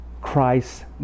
Christ